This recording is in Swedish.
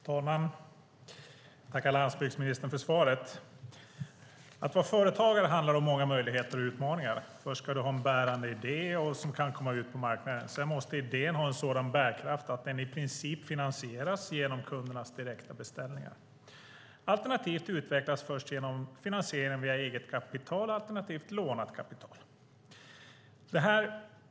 Herr talman! Jag tackar landsbygdsministern för svaret. Att vara företagare handlar om många möjligheter och utmaningar. Först ska du ha en bärande idé som kan komma ut på marknaden. Sedan måste idén ha en sådan bärkraft att den i princip finansieras genom kundernas direkta beställningar, alternativt utvecklas först genom finansieringen via eget kapital alternativt lånat kapital.